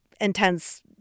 intense